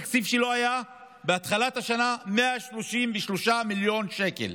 התקציב שלו בתחילת השנה היה 133 מיליון שקל.